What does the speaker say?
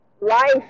life